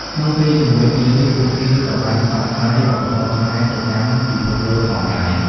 ក្នុងពេលជាមួយគ្នានេះ ពួកគេក៏បានផ្សព្វផ្សាយវប្បធម៌ខ្មែរទៅកាន់ពិភពលោកផងដែរ។